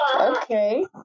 Okay